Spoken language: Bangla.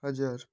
হাজার